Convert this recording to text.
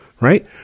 right